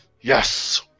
Yes